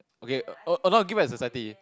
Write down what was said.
okay uh not give back society